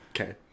Okay